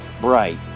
bright